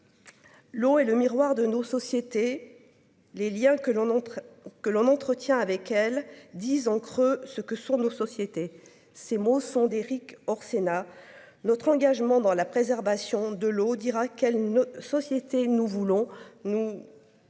L'eau est le miroir de nos sociétés les Liens que l'on montre que l'on entretient avec elle disent en creux ce que sont nos sociétés. Ces mots sont d'Erik Orsenna. Notre engagement dans la préservation de l'eau dira qu'elle ne société nous voulons-nous.